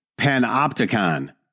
panopticon